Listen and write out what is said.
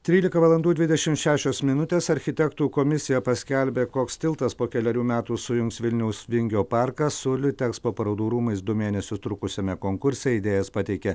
trylika valandų dvidešim šešios minutės architektų komisija paskelbė koks tiltas po kelerių metų sujungs vilniaus vingio parką su litekspo parodų rūmais du mėnesius trukusiame konkurse idėjas pateikė